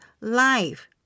life